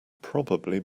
probably